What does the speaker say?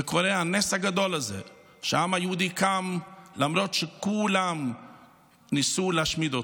וקורה הנס הגדול הזה שהעם היהודי קם למרות שכולם ניסו להשמיד אותו.